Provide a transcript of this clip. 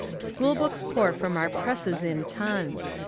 school books pour from our presses in tons.